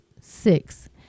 six